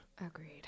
Agreed